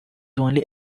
only